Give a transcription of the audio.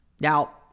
Now